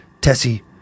Tessie